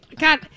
God